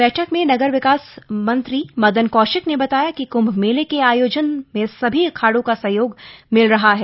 बैठक में नगर विकास मंत्री मदन कौशिक ने बताया कि कुम्भ मेले के आयोजन में सभी अखाड़ों का सहयोग मिल रहा है